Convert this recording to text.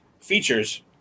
features